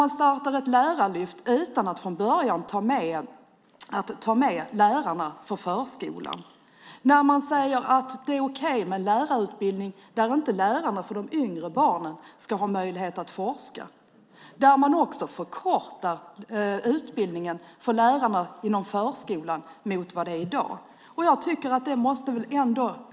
Man startar ett lärarlyft utan att från början ta med lärarna för förskolan. Man säger att det är okej med lärarutbildning där lärarna för de yngre barnen inte ska ha möjlighet att forska. Man förkortar också utbildningen för lärarna inom förskolan i förhållande till utbildningens längd i dag.